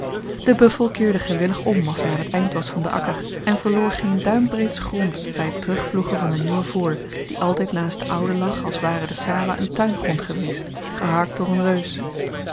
de buffel keerde gewillig om als hy aan t eind was van den akker en verloor geen duimbreed gronds by het terugploegen van de nieuwe voor die altyd naast de oude lag als ware de sawah een tuingrond geweest geharkt door een reus